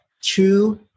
two